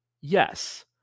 Yes